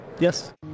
Yes